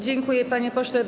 Dziękuję, panie pośle.